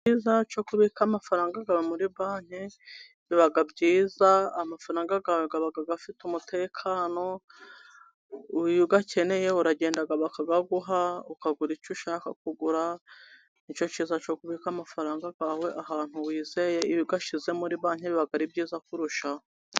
Icyiza cyo kubika amafaranga akaba muri banki biba byiza, amafaranga yawe aba afite umutekano, iyo uyakeneye uragenda bakayaguha, ukagura icyo ushaka kugura. Ni cyo cyiza cyo kubika amafaranga yawe ahantu wizeye, iyo uyashyize muri banki, biba byiza kurushaho.